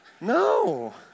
No